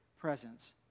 presence